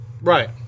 Right